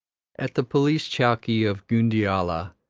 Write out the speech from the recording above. at the police-chowkee of ghundeala,